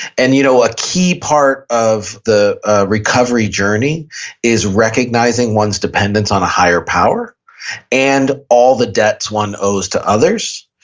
and you know a key part of the recovery journey is recognizing one's dependence on a higher power and all the debts one owes to others.